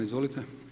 Izvolite.